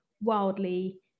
wildly